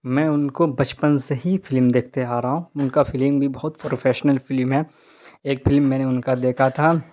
میں ان کو بچپن سے ہی فلم دیکھتے آ رہا ہوں ان کا فلم بھی بہت فروفیشنل فلم ہے ایک پھلم میں نے ان کا دیکھا تھا